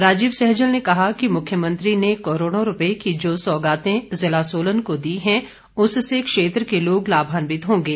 राजीव सैजल ने कहा कि मुख्यमंत्री ने करोड़ों रूपये की जो सौगातें ज़िला सोलन को दी हैं उससे क्षेत्र के लोग लाभान्वित होंगे